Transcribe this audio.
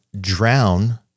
drown